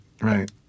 right